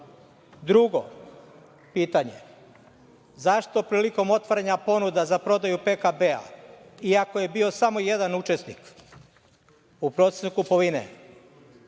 banke? Drugo pitanje – zašto prilikom otvaranja ponuda za prodaju PKB, iako je bio samo jedan učesnik u procenu kupovine,